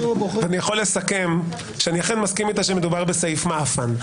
אני יכול לסכם שאני אכן מסכים איתה שמדובר בסעיף "מעאפן".